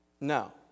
No